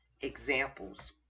examples